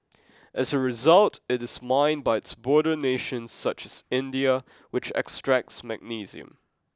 as a result it is mined by its border nations such as India which extracts magnesium